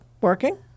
Working